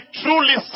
truly